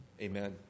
Amen